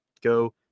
Go